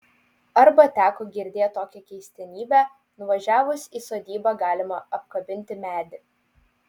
arba teko girdėt tokią keistenybę nuvažiavus į sodybą galima apkabinti medį